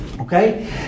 Okay